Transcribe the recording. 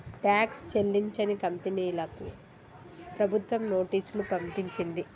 tax చెల్లించని కంపెనీలకు ప్రభుత్వం నోటీసులు పంపించింది